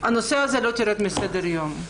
הנושא לא ירד מסדר היום.